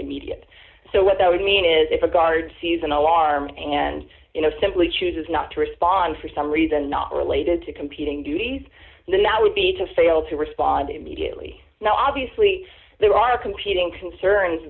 immediate so what that would mean is if a guard sees an alarm and simply chooses not to respond for some reason not related to competing duties the now would be to fail to respond immediately now obviously there are competing concerns